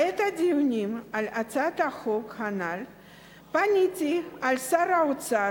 בעת הדיונים על הצעת החוק הנ"ל פניתי אל שר האוצר